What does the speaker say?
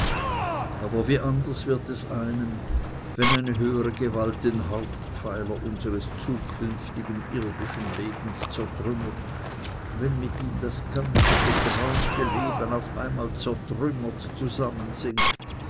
aber wie anders wird es einem wenn eine höhere gewalt den hauptpfeiler unseres zukünftigen irdischen lebens zertrümmert wenn mit ihm das ganze geträumte leben auf einmal